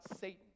Satan